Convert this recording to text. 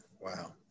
wow